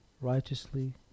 righteously